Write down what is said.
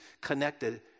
connected